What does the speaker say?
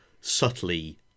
subtly